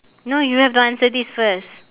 no you have to answer this first